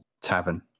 tavern